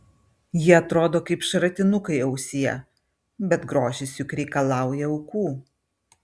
jie atrodo kaip šratinukai ausyje bet grožis juk reikalauja aukų